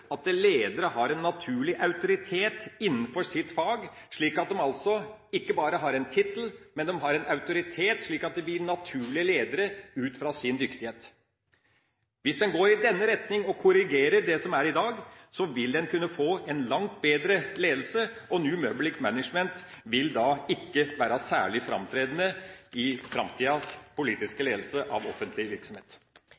at de har en naturlig autoritet innenfor sitt fag. På den måten har de ikke bare en tittel, men de har en autoritet, slik at de blir naturlige ledere utfra sin dyktighet. Hvis en går i denne retning og korrigerer det som er i dag, vil en kunne få en langt bedre ledelse, og New Public Management vil da ikke være særlig framtredende i framtidas politiske